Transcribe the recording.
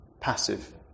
passive